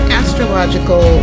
astrological